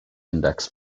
index